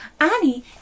Annie